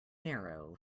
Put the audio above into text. narrow